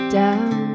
down